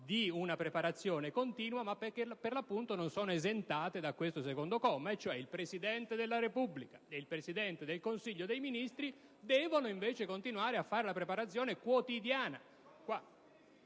di una preparazione continua ma che per l'appunto non sono esentate da questo comma 2: il Presidente della Repubblica e il Presidente del Consiglio dei ministri devono invece continuare a fare una preparazione quotidiana.